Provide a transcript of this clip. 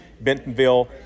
bentonville